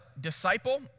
disciple